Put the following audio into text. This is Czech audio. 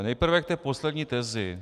Nejprve k té poslední tezi.